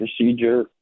procedure